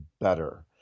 better